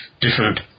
different